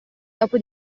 dopo